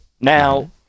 Now